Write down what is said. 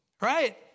right